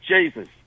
Jesus